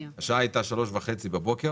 ב-03:30 בבוקר